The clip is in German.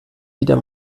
wieder